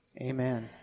Amen